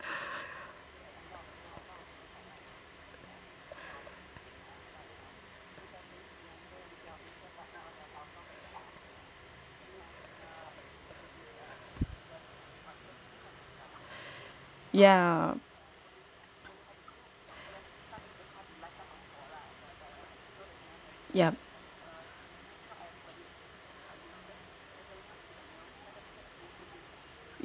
yeah